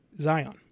Zion